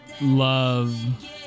love